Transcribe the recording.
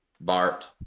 bart